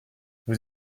vous